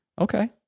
okay